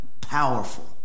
Powerful